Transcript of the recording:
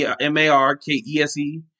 M-A-R-K-E-S-E